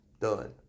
done